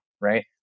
right